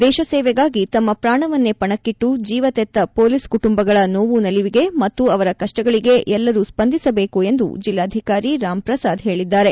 ದೇಶ ಸೇವೆಗಾಗಿ ತಮ್ಮ ಪ್ರಾಣವನ್ನೇ ಪಣಕ್ಕಟ್ಟು ಜೀವತೆತ್ತ ಪೊಲೀಸ್ ಕುಟುಂಬಗಳ ನೋವು ನಲಿವಿಗೆ ಮತ್ತು ಅವರ ಕಷ್ಟಗಳಗೆ ಎಲ್ಲರು ಸ್ವಂದಿಸಬೇಕು ಎಂದು ಜಿಲ್ಲಾಧಿಕಾರಿ ರಾಮ್ ಪ್ರಸಾದ್ ಹೇಳದ್ದಾರೆ